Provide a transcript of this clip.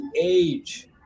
age